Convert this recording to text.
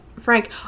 Frank